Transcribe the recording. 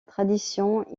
tradition